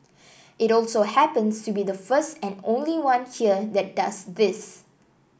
it also happens to be the first and only one here that does this